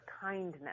kindness